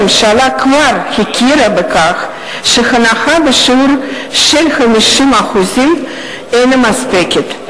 הממשלה כבר הכירה בכך שהנחה בשיעור של 50% אינה מספקת,